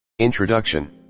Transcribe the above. Introduction